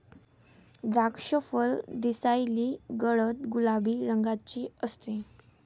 द्राक्षफळ दिसायलाही गडद गुलाबी रंगाचे असते